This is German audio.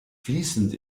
fließend